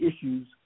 issues